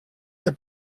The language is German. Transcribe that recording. der